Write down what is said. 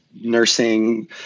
nursing